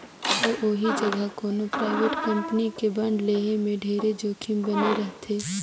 अउ ओही जघा कोनो परइवेट कंपनी के बांड लेहे में ढेरे जोखिम बने रथे